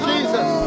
Jesus